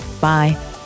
Bye